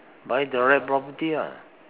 buy the right property ah